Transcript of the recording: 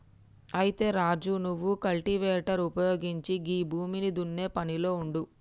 అయితే రాజు నువ్వు కల్టివేటర్ ఉపయోగించి గీ భూమిని దున్నే పనిలో ఉండు